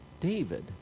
David